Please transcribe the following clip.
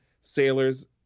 sailors